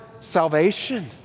salvation